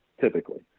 typically